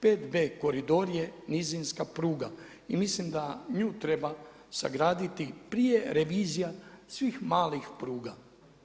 5 B koridor je nizinska pruga i mislim da nju treba sagraditi prije revizija svih malih pruga.